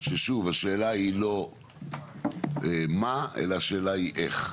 ששוב השאלה היא לא מה אלא השאלה היא איך,